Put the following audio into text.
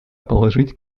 положить